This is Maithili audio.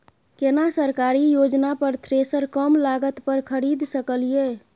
केना सरकारी योजना पर थ्रेसर कम लागत पर खरीद सकलिए?